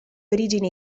origine